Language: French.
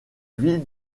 ville